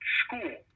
school